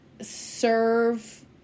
serve